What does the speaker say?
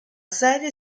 serie